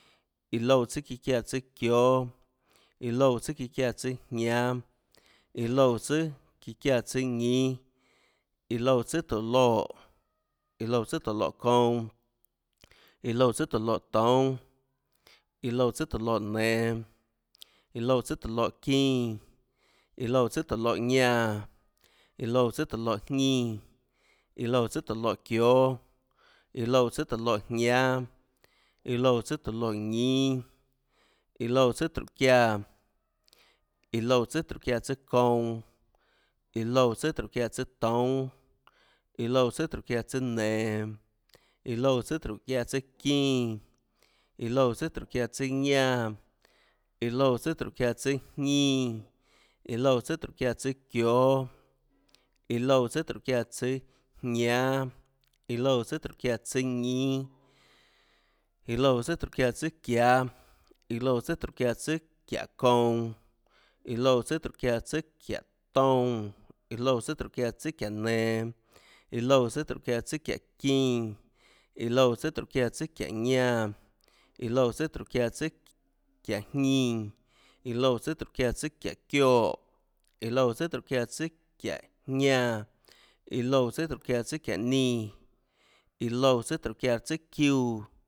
Iã loúã tsùà çíã çiáã tsùâ çióâ. iã loúã tsùà çiáã tsùâjñánâ. iã loúã tsùà çiáã tsùâjñínâ, iã loúã tsùâ tóå loè. iã loúã tsùàtóå loè kounã. iã loúã tsùàtóå loè toúnâ. iã loúã tsùàtóå loè nenå. iã loúã tsùàtóå loè çínã, iã loúã tsùàtóå loè ñánã. iã loúã tsùàtóå loè jñínã. iã loúã tsùàtóå loè çióâ. iã loúã tsùàtóå loè jñánâ. iã loúã tsùàtóå loè ñínâ. iã loúã tsùàtróhå çiáã. iã loúã tsùàtróhå çiáã tsùâ kounã. iã loúã tsùàtróhå çiáã tsùâ toúnâ. iã loúã tsùàtróhå çiáã tsùâ nenå. iã loúã tsùàtróhå çiáã tsùâ çínã, iã loúã tsùàtróhå çiáã tsùâ ñánã, iã loúã tsùàtróhå çiáã tsùâjñínã. iã loúã tsùàtróhå çiáã tsùâ çióâ. iã loúã tsùà tróhå çiáã tsùâ jñánâ. iã loúã tsùàtróhå çiáã tsùâ ñínâ. iã loúã tsùàtróhå çiáã tsùâ çiáâ, iã loúã tsùàtróhå çiáã tsùâ çiáhå kounã. iã loúã tsùàtróhå çiáã tsùâ çiáhå toúnâ. iã loúã tsùàtróhå çiáã tsùâ çiáhå nenå, iã loúã tsùàtróhå çiáã tsùâ çiáhå çínã, iã loúã tsùàtróhå çiáã tsùâ çiáhå ñánã, iã loúã tsùàtróhå çiáã tsùâ çiáhå jñínã. iã loúã tsùàtróhå çiáã tsùâ çiáhå çioè. iã loúã tsùàtróhå çiáã tsùâ çiáhå jñánã. iã loúã tsùàtróhå çiáã tsùâ çiáhå ñínâ. iã loúã tsùà tróhå çiáã tsùâ çiúã